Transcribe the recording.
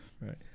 right